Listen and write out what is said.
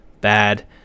bad